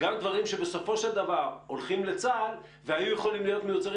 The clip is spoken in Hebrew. גם דברים שבסופו של דבר הולכים לצה"ל והיו יכולים להיות מיוצרים